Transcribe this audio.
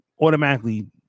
automatically